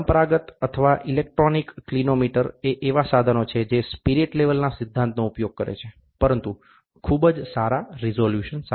પરંપરાગત અથવા ઇલેક્ટ્રોનિક ક્લીનોમિટરએ એવા સાધનો છે જે સ્પિરિટ લેવલના સિદ્ધાંતનો ઉપયોગ કરે છે પરંતુ ખૂબ જ સારા રિઝોલ્યુશન સાથે